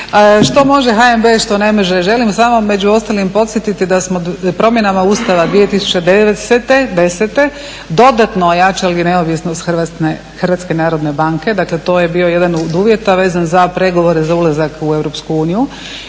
što može HNB, što ne može. Želim samo među ostalim podsjetiti da smo promjenama Ustava 2010.dodatno ojačali neovisno HNB-a, dakle to je bio jedan od uvjeta vezan za pregovore za ulazak u EU